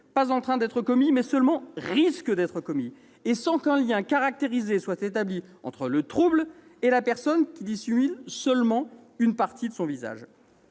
pas en train d'être commis, mais « risquent d'être commis », sans qu'un lien caractérisé soit établi entre le trouble et la personne qui dissimulerait seulement une « partie de son visage